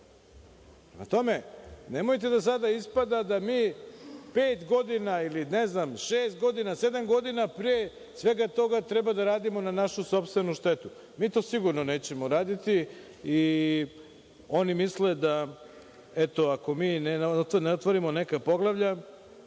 tome, nemojte da sada ispada da mi pet, šest, sedam godina pre svega toga treba da radimo na našu sopstvenu štetu. Mi to sigurno nećemo raditi i oni misle da, eto, ako mi ne otvorimo neka poglavlja,